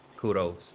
kudos